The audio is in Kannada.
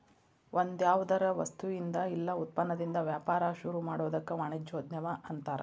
ಒಂದ್ಯಾವ್ದರ ವಸ್ತುಇಂದಾ ಇಲ್ಲಾ ಉತ್ಪನ್ನದಿಂದಾ ವ್ಯಾಪಾರ ಶುರುಮಾಡೊದಕ್ಕ ವಾಣಿಜ್ಯೊದ್ಯಮ ಅನ್ತಾರ